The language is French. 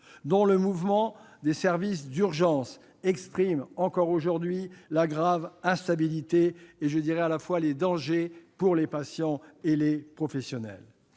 dont le mouvement des services d'urgences exprime, encore aujourd'hui, la grave instabilité. Ce n'est pas sans danger pour les patients et pour les professionnels.